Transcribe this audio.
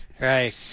right